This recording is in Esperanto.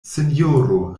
sinjoro